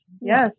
Yes